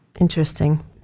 Interesting